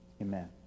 Amen